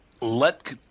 Let